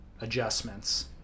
adjustments